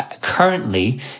Currently